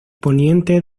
poniente